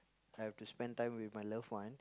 I have to spend time with my loved ones